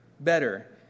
Better